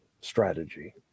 strategy